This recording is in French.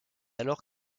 alors